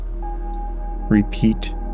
Repeat